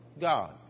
God